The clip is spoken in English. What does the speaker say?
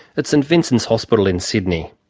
at st vincent's hospital in sydney.